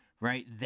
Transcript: right